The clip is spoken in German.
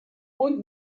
und